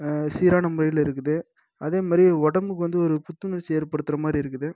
சீரான முறையில் இருக்குது அதேமாதிரி உடம்புக்கு வந்து ஒரு புத்துணர்ச்சி ஏற்படுத்துகிற மாதிரி இருக்குது